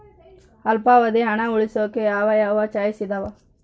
ಅಲ್ಪಾವಧಿ ಹಣ ಉಳಿಸೋಕೆ ಯಾವ ಯಾವ ಚಾಯ್ಸ್ ಇದಾವ?